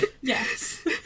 Yes